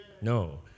No